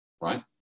right